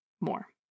more